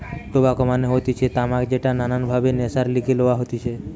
tobacco মানে হতিছে তামাক যেটা নানান ভাবে নেশার লিগে লওয়া হতিছে